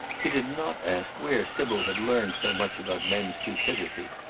he did not ask where sybil had learned so much about men's stupidity.